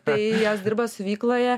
tai jos dirba siuvykloje